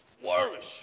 flourish